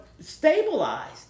stabilized